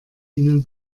ihnen